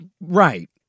Right